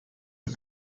are